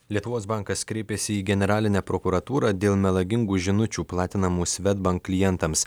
lietuvos bankas kreipėsi į generalinę prokuratūrą dėl melagingų žinučių platinamų swedbank klientams